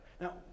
Now